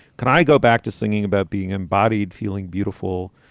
can i go back to singing about being embodied, feeling beautiful,